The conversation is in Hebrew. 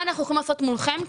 חבר הכנסת מרגי, בבקשה.